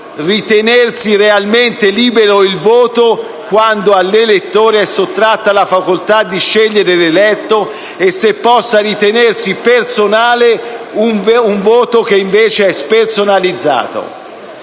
ritenersi realmente libero il voto quando all'elettore è sottratta la facoltà di scegliere l'eletto e se possa ritenersi personale un voto che è invece spersonalizzato».